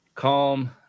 Calm